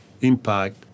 impact